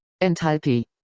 Enthalpie